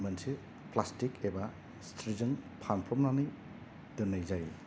मोनसे प्लाष्तिक एबा सिथ्रिजों फानफ्रबनानै दोननाय जायो